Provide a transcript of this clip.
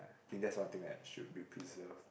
think that's one thing that should be preserved